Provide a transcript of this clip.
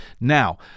Now